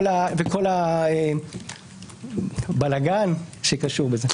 וכל הבלגן שקשור בזה.